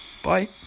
Bye